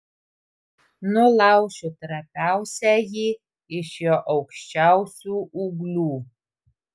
nulaušiu trapiausiąjį iš jo aukščiausių ūglių